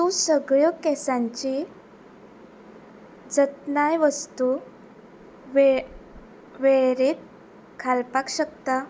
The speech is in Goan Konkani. तूं सगळ्यो केंसांची जतनाय वस्तू वे वेळेरेंत घालपाक शकता